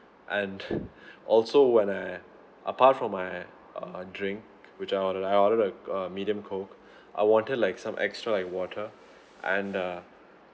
and also when I apart from my uh drink which I ordered I ordered a a medium coke I wanted like some extra like water and uh